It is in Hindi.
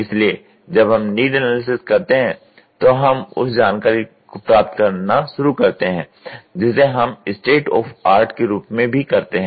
इसलिए जब हम नीड एनालिसिस करते हैं तो हम उस जानकारी प्राप्त करना शुरू करते हैं जिसे हम स्टेट ऑफ़ आर्ट के रूप में भी करते हैं